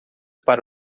para